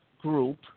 group